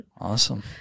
Awesome